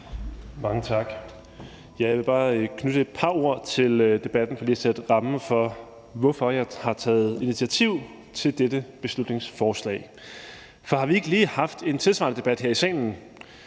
Mange tak. Jeg vil bare knytte et par ord til debatten for lige at sætte rammen for, hvorfor jeg har taget initiativ til dette beslutningsforslag. For har vi ikke lige haft en tilsvarende debat her i salen?